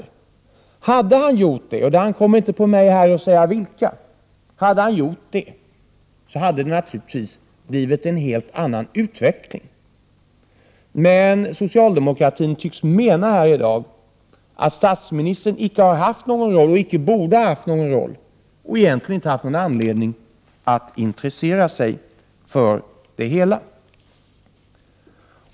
Om han hade gjort det — det ankommer inte på mig att säga vilka åtgärder — skulle det naturligtvis ha blivit en helt annan utveckling. Men socialdemokraterna tycks i dag här mena att statsministern icke har, och icke borde ha haft, någon roll och att han egentligen inte haft någon anledning att intressera sig för det hela.